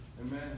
Amen